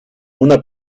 una